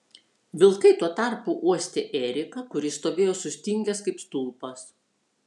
vilkai tuo tarpu uostė eriką kuris stovėjo sustingęs kaip stulpas